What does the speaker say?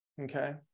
Okay